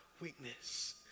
weakness